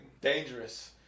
dangerous